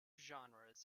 genres